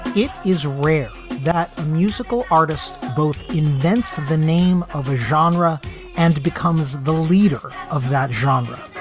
it is rare that musical artists both invents the name of a genre and becomes the leader of that genre.